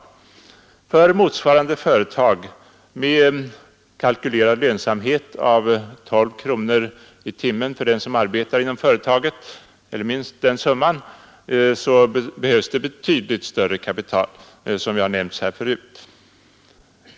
För motsvarande företag med en kalkylerad lönsamhet av minst 12 kronor i timmen för dem som arbetar inom företaget behövs det enligt lantbruksstyrelsens undersökning betydligt mera kapital.